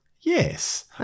Yes